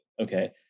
okay